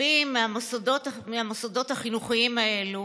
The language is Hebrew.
רבים מהמוסדות החינוכיים האלה